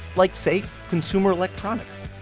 like, say, consumer electronics.